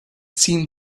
seemed